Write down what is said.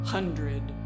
Hundred